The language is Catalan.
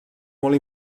molt